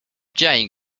jane